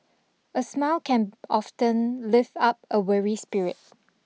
A smile can often lift up a weary spirit